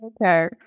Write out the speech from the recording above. okay